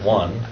one